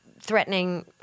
threatening